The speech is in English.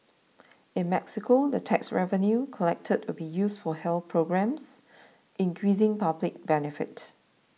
in Mexico the tax revenue collected will be used for health programmes increasing public benefit